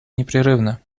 непрерывно